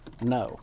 No